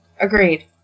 Agreed